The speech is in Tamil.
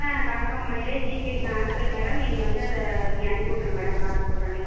ஆ கன்ஃபாம் பண்ணிடுறேன் ஜிபேக்கு நான் அனுப்புறேன் மேடம் நீங்கள் வந்து அதை நீங்கள் அனுப்பி விட்ருங்க மேடம் காசு உடனே